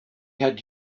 had